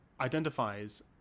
identifies